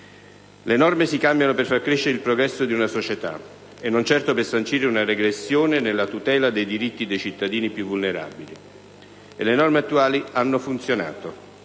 Le norme si cambiano per far crescere il progresso di una società e non certo per sancire una regressione nella tutela dei diritti dei cittadini più vulnerabili. Le norme attuali hanno funzionato.